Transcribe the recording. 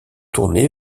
tourné